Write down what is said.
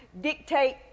dictate